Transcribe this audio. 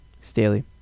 Staley